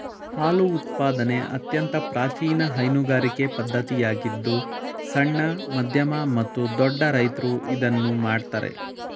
ಹಾಲು ಉತ್ಪಾದನೆ ಅತ್ಯಂತ ಪ್ರಾಚೀನ ಹೈನುಗಾರಿಕೆ ಪದ್ಧತಿಯಾಗಿದ್ದು ಸಣ್ಣ, ಮಧ್ಯಮ ಮತ್ತು ದೊಡ್ಡ ರೈತ್ರು ಇದನ್ನು ಮಾಡ್ತರೆ